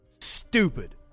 Stupid